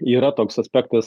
yra toks aspektas